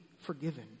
forgiven